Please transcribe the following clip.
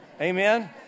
Amen